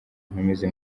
nkomeze